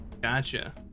Gotcha